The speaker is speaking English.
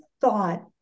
thought